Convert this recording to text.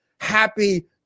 happy